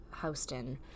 Houston